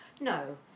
No